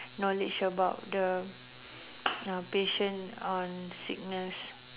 knowledge about the uh patient on sickness